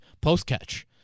post-catch